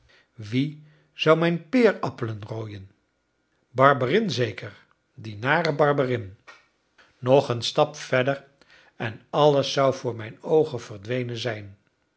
wie zou mijn peerappelen rooien barberin zeker die nare barberin nog een stap verder en alles zou voor mijn oogen verdwenen zijn